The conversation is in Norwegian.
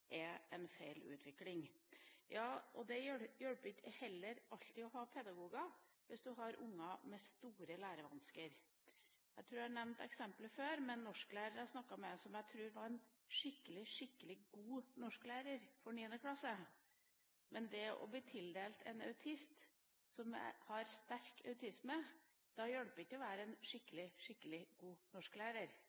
en feil utvikling. Det hjelper heller ikke alltid å ha pedagoger hvis du har unger med store lærevansker. Jeg tror jeg har nevnt eksemplet før, en norsklærer jeg snakket med, som jeg tror var en skikkelig god norsklærer for 9. klasse. Men når man blir tildelt en autist, en som har sterk autisme, hjelper det ikke å være en skikkelig god